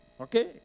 Okay